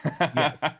yes